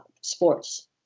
sports